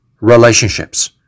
relationships